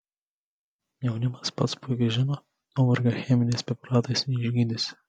jaunimas pats puikiai žino kad nuovargio cheminiais preparatais neišgydysi